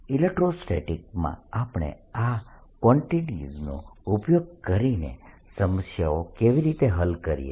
electrostatics માં આપણે આ કવાન્ટીટીઝનો ઉપયોગ કરીને સમસ્યાઓ કેવી રીતે હલ કરીએ